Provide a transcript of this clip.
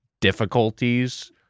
difficulties